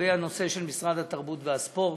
לגבי הנושא של משרד התרבות והספורט.